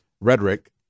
rhetoric